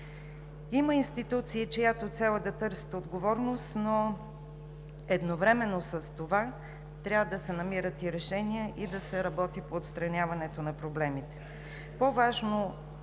Има институции, чиято цел е да търсят отговорност, но едновременно с това трябва да се намират решения и трябва да се работи по отстраняването на проблемите.